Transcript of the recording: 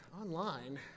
online